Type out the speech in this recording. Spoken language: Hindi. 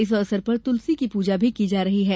इस अवसर पर तुलसी की पूजा की जा रही है